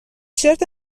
شرت